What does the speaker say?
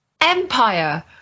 Empire